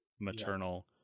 maternal